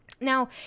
now